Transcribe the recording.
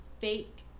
Fake